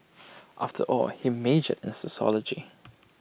after all he majored in sociology